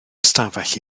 ystafell